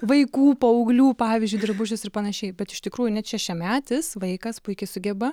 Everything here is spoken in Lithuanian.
vaikų paauglių pavyzdžiui drabužius ir panašiai bet iš tikrųjų net šešiametis vaikas puikiai sugeba